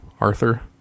Arthur